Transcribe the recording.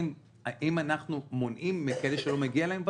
האם אנחנו מונעים מכאלה שלא מגיע להם?